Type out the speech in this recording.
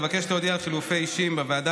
אבקש להודיע על חילופי אישים בוועדה